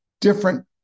different